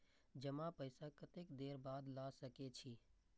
जमा पैसा कतेक देर बाद ला सके छी?